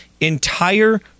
entire